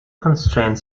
constraint